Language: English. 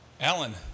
Alan